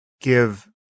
give